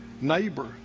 neighbor